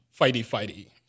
fighty-fighty